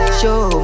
show